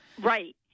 Right